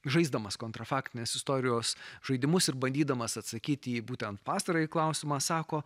žaisdamas kontrafaktinės istorijos žaidimus ir bandydamas atsakyti į būtent pastarąjį klausimą sako